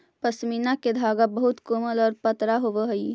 पशमीना के धागा बहुत कोमल आउ पतरा होवऽ हइ